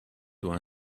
doit